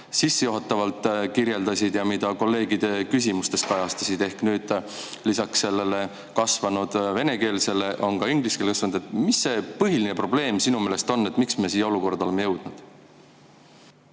sissejuhatavalt kirjeldasid ja mida kolleegide küsimused kajastasid. Ehk nüüd lisaks sellele kasvanud vene keele [kasutamisele] on ka inglise keel tulnud. Mis see põhiline probleem sinu meelest on, miks me siia olukorda oleme jõudnud?